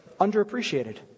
underappreciated